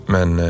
Men